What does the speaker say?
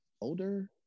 older